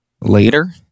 later